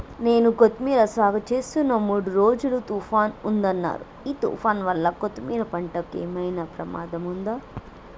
నేను కొత్తిమీర సాగుచేస్తున్న మూడు రోజులు తుఫాన్ ఉందన్నరు ఈ తుఫాన్ వల్ల కొత్తిమీర పంటకు ఏమైనా ప్రమాదం ఉందా?